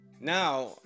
Now